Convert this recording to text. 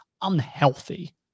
unhealthy